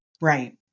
Right